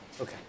Okay